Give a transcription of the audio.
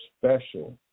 special